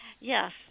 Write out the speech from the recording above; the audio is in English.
Yes